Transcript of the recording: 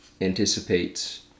anticipates